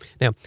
Now